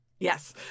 Yes